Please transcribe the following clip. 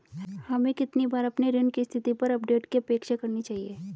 हमें कितनी बार अपने ऋण की स्थिति पर अपडेट की अपेक्षा करनी चाहिए?